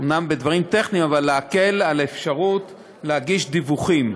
אומנם בדברים טכניים, על האפשרות להגיש דיווחים.